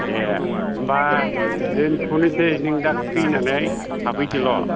दे होम्बा दोन्थ'नोसै नों दा फैनानै खाफैदोल'